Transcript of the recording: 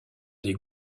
des